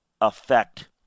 affect